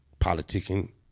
politicking